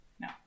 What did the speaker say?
No